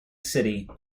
city